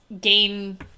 gain